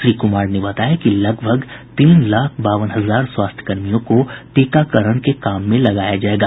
श्री कुमार ने बताया कि लगभग तीन लाख बावन हजार स्वास्थ्यकर्मियों को टीकाकरण के काम में लगाया जायेगा